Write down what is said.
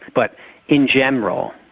but in general,